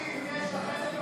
אני קובע כי סעיף 1 התקבל כנוסח